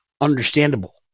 understandable